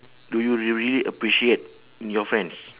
do you you really appreciate in your friends